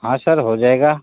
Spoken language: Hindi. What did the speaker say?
हाँ सर हो जाएगा